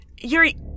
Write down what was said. Yuri-